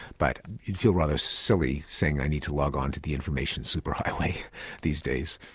but you'd feel rather silly saying, i need to log on to the information superhighway these days.